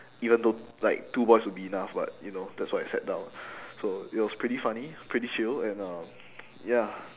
even though like two boys would be enough but you know that's why I sat down so it was pretty funny pretty chill and uh ya